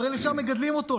הרי לשם מגדלים אותו,